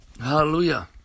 Hallelujah